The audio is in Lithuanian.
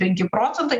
penki procentai